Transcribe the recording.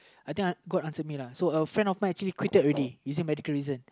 I think god answer me lah so a friend of my quitted already using medical reason